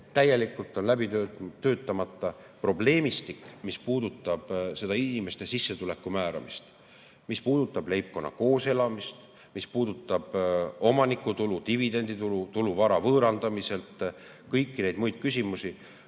täielikult läbi töötamata probleemistik, mis puudutab inimeste sissetuleku määramist, mis puudutab leibkonna kooselamist, mis puudutab omanikutulu, dividenditulu, tulu vara võõrandamiselt ja kõiki neid muid küsimusi,